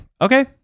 okay